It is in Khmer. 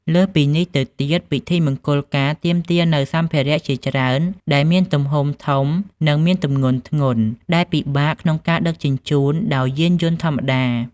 លើសពីនេះទៅទៀត ពិធីមង្គលការទាមទារនូវសម្ភារៈជាច្រើនដែលមានទំហំធំនិងមានទម្ងន់ធ្ងន់ដែលពិបាកក្នុងការដឹកជញ្ជូនដោយយានយន្តធម្មតា។